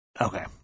Okay